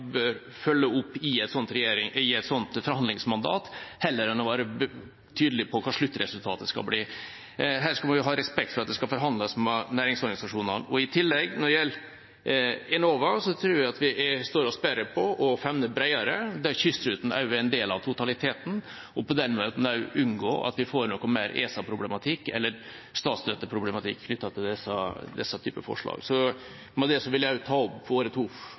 bør følge opp i et slikt forhandlingsmandat, heller enn å være tydelig på hva sluttresultatet skal bli. Her skal vi ha respekt for at det skal forhandles med næringsorganisasjonene. I tillegg – når det gjelder Enova, tror jeg vi står oss bedre på å favne bredere, der kystruten også er en del av totaliteten, og på den måten unngå at vi får mer ESA-problematikk eller statsstøtteproblematikk knyttet til denne typen forslag. Med det vil jeg ta opp